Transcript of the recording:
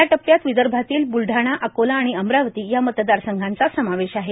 या टप्प्यात विदर्भातील ब्लढाणा अकोला आणि अमरावती या मतदारसंघांचा समावेष आहे